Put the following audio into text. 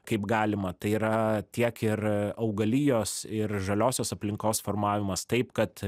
kaip galima tai yra tiek ir augalijos ir žaliosios aplinkos formavimas taip kad